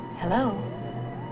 Hello